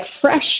fresh